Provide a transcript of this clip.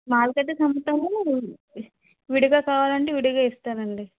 మాల కట్టేసి అమ్ముతాము లేదా విడిగా కావాలంటే విడిగా ఇస్తానండి